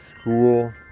school